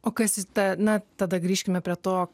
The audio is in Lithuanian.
o kas ta na tada grįžkime prie to